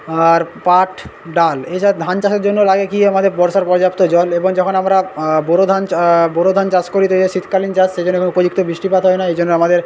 আর পাট ডাল এছাড়া ধান চাষের জন্য লাগে কী আমাদের বর্ষার পর্যাপ্ত জল এবং যখন আমরা বোরো ধান চ্ বোরো ধান চাষ করি তো এ শীতকালীন চাষ সেই জন্য উপযুক্ত বৃষ্টিপাত হয় না এজন্য আমাদের